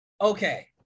okay